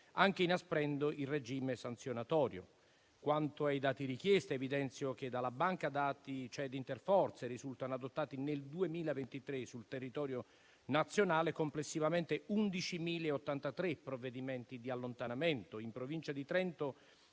anche inasprendo il regime sanzionatorio. Quanto ai dati richiesti, evidenzio che dalla banca dati CED interforze risultano adottati nel 2023 sul territorio nazionale complessivamente 11.083 provvedimenti di allontanamento. In Provincia di Trento